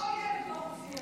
כל ילד הוא לא חצי ילד.